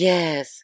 Yes